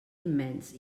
immens